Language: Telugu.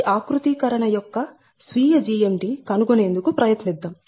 ఈ ఆకృతీకరణ యొక్క స్వీయ GMD కనుగొనేందుకు ప్రయత్నిద్దాం